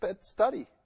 study